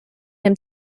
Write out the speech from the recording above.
dem